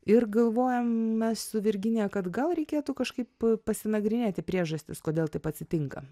ir galvojam mes su virginija kad gal reikėtų kažkaip pasinagrinėti priežastis kodėl taip atsitinka